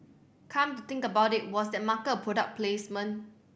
come to think about it was that marker a product placement